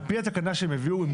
על פי התקנה שהם הביאו.